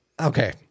Okay